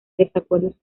desacuerdos